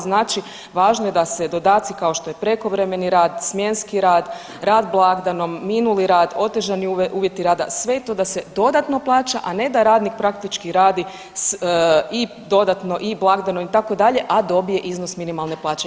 Znači važno je da se dodaci kao što je prekovremeni rad, smjenski rad, rad blagdanom, minuli rad, otežani uvjeti rada, sve to da se dodatno plaća, a ne da radnik praktički radi i dodatno i blagdanom itd., a dobije iznos minimalne plaće.